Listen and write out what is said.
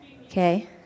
okay